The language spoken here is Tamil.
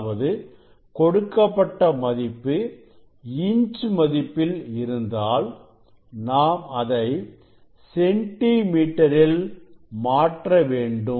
அதாவது கொடுக்கப்பட்ட மதிப்பு இன்ச் மதிப்பில் இருந்தாள் நாம் அதை சென்டி மீட்டரில் மாற்ற வேண்டும்